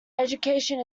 education